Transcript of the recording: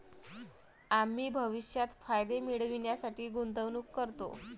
आम्ही भविष्यात फायदे मिळविण्यासाठी गुंतवणूक करतो